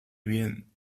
bien